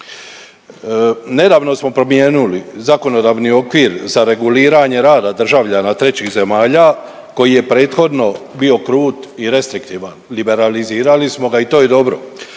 Nedavno smo promijenuli zakonodavni okvir za reguliranje rada državljanja trećih zemalja koji je prethodno bio krut i restriktivan, liberalizirali smo ga i to je dobro,